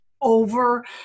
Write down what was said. over